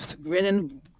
grinning